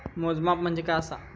मोजमाप म्हणजे काय असा?